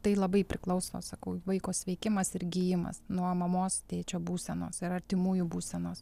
tai labai priklauso sakau vaiko sveikimas ir gijimas nuo mamos tėčio būsenos ir artimųjų būsenos